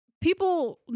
people